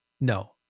No